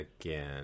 again